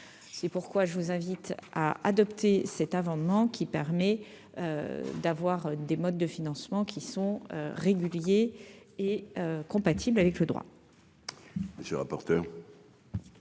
c'est pourquoi je vous invite à adopter cette avant qui permet d'avoir des modes de financement qui sont réguliers et compatible avec le droit.